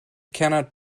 cannot